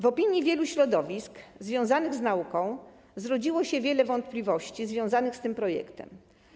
W opinii wielu środowisk związanych z nauką zrodziło się wiele wątpliwości dotyczących tego projektu.